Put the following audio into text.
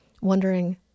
wondering